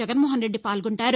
జగన్మోహన్రెడ్డి పాల్గొంటారు